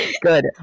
good